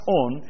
on